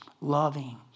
loving